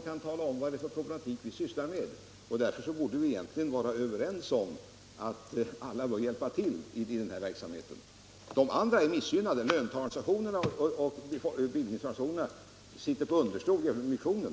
kan tala om vad det är för problematik som vi alla kommer att få möta i ökad utsträckning. Därför borde vi egentligen vara överens om att alla bör hjälpa till i denna verksamhet. Löntagarorganisationerna och bildningsorganisationerna är i hög grad missgynnade ekonomiskt sett i jämförelse med missionen.